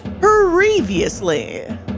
previously